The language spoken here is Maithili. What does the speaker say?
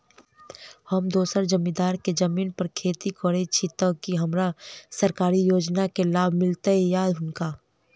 हम दोसर जमींदार केँ जमीन पर खेती करै छी तऽ की हमरा सरकारी योजना केँ लाभ मीलतय या हुनका?